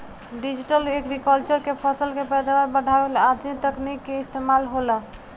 digital agriculture में फसल के पैदावार बढ़ावे ला आधुनिक तकनीक के इस्तमाल होला